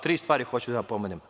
Tri stvari hoću da pomenem.